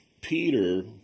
Peter